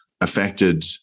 affected